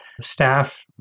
staff